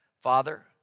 Father